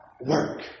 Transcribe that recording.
work